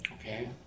Okay